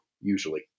usually